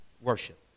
worship